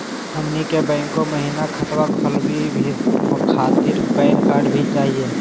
हमनी के बैंको महिना खतवा खोलही खातीर पैन कार्ड भी चाहियो?